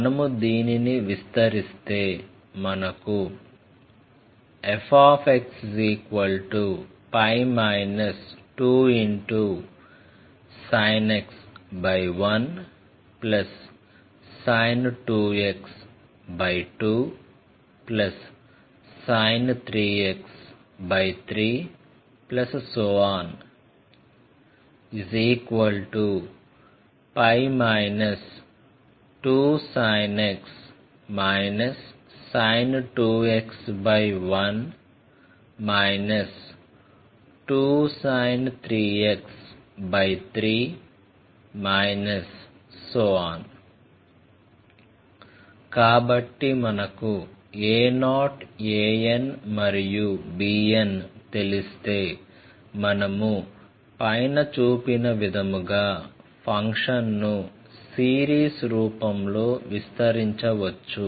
మనము దీనిని విస్తరిస్తే మనకు fxπ 2sin x 1sin 2x 2sin 3x 3π 2sin x sin 2x 1 2sin 3x 3 కాబట్టి మనకు a0 an మరియు bn తెలిస్తే మనము పైన చూపిన విధముగా ఫంక్షన్ ను సిరీస్ రూపంలో విస్తరించవచ్చు